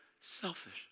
selfish